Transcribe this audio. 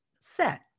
set